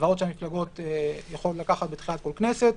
ההלוואות שהמפלגות יכולות לקחת בתחילת כל כנסת.